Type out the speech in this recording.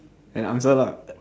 eh answer lah